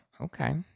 okay